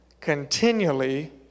continually